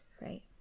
Right